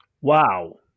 Wow